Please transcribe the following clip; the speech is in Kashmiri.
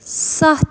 سَتھ